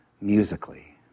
Musically